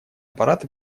аппарат